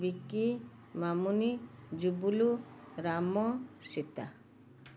Vicky Mamuni Jubulu Ram Sita